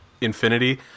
infinity